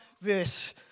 verse